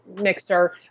mixer